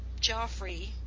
Joffrey